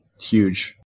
Huge